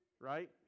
right